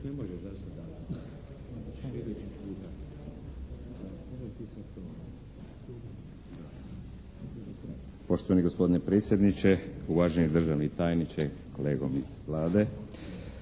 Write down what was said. Poštovani gospodine predsjedniče, uvaženi državni tajniče, pomoćniče